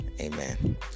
amen